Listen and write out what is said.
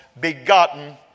begotten